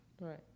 Right